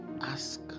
ask